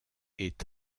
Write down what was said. est